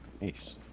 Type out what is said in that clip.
Nice